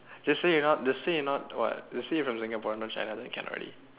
just say you not just say you not what just say you're from Singapore not from China then can already